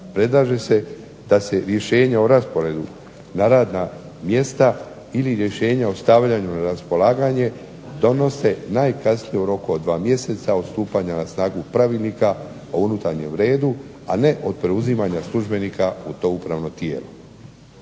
predlaže se da se rješenje o rasporedu na radna mjesta ili rješenje o stavljanju na raspolaganje donose najkasnije u roku od 2 mjeseca od stupanja na snagu pravilnika o unutarnjem redu, a ne od preuzimanja službenika u to upravno tijelo.